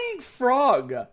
Frog